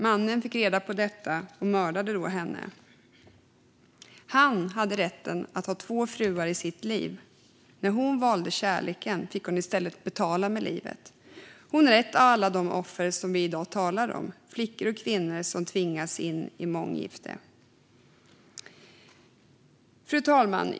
Mannen fick reda på detta och mördade då henne. Han hade rätten att ha två fruar i sitt liv. När hon valde kärleken fick hon i stället betala med livet. Hon är ett av alla de offer som vi i dag talar om: flickor och kvinnor som tvingas in i månggifte. Fru talman!